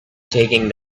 taking